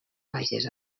vages